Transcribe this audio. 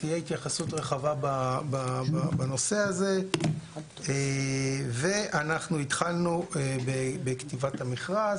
תהיה התייחסות רחבה בנושא הזה ואנחנו התחלנו בכתיבת המכרז,